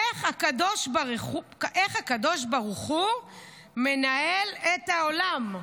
איך הקדוש ברוך הוא מנהל את העולם.